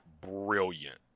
brilliant